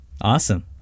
Awesome